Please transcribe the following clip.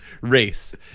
race